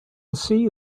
see